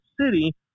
city